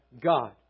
God